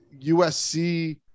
USC